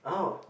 oh